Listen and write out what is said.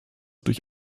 durch